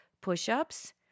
Push-ups